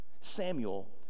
Samuel